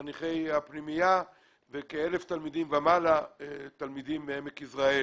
חניכי פנימייה וכ-1000 תלמידים מעמק יזרעאל.